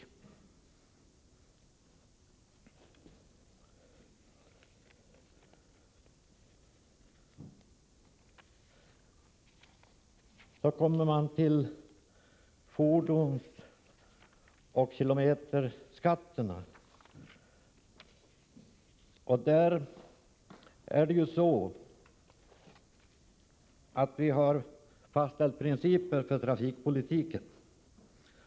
När det gäller fordonsoch kilometerskatterna är det ju så, att vi har fastställt principer för trafikpolitiken.